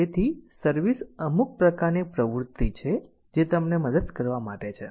તેથી સર્વિસ અમુક પ્રકારની પ્રવૃત્તિ છે જે તમને મદદ કરવા માટે છે